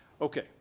Okay